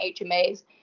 hmas